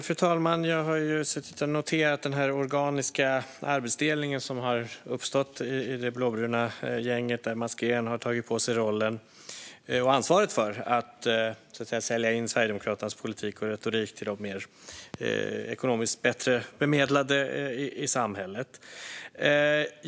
Fru talman! Jag har suttit här och noterat den organiska arbetsfördelning som har uppstått i det blåbruna gänget och där Mats Green har tagit på sig rollen och ansvaret för att sälja in Sverigedemokraternas politik och retorik till de ekonomiskt bättre bemedlade i samhället.